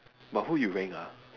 but who you rank ah